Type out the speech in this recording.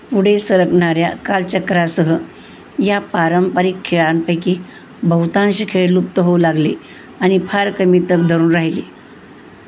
पुढे सरकणाऱ्या कालचक्रासह या पारंपरिक खेळांपैकी बहुतांश खेळ लुप्त होऊ लागले आणि फार कमी तग धरून राहिले